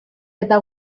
eta